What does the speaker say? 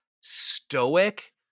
stoic